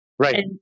Right